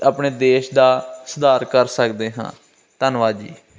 ਆਪਣੇ ਦੇਸ਼ ਦਾ ਸੁਧਾਰ ਕਰ ਸਕਦੇ ਹਾਂ ਧੰਨਵਾਦ ਜੀ